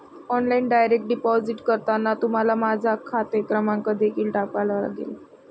online direct deposit करताना तुम्हाला माझा खाते क्रमांक देखील टाकावा लागेल